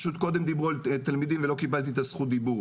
פשוט קודם דיברו על תלמידים ולא קיבלתי זכות דיבור.